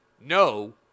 no